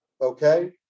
okay